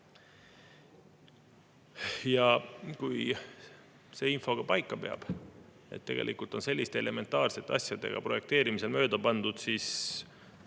Kui see info paika peab, et tegelikult on selliste elementaarsete asjadega projekteerimisel mööda pandud, siis